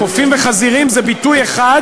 קופים וחזירים זה ביטוי אחד